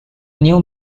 new